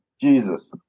Jesus